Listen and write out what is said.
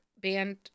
Band